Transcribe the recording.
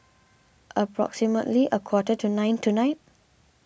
approximately a quarter to nine tonight